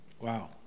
Wow